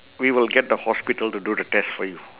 we will get the hospital to do the test for you